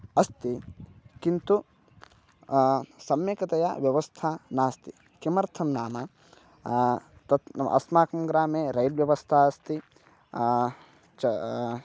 अस्ति किन्तु सम्यक्तया व्यवस्था नास्ति किमर्थं नाम तत् अस्माकं ग्रामे रैल् व्यवस्था अस्ति च